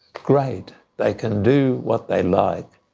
great, they can do what they like,